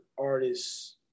artists